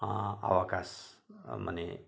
अवकाश माने